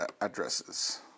addresses